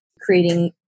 creating